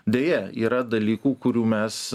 deja yra dalykų kurių mes